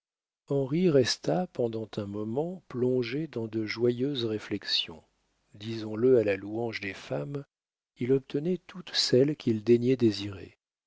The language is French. henri resta pendant un moment plongé dans de joyeuses réflexions disons-le à la louange des femmes il obtenait toutes celles qu'il daignait désirer